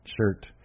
shirt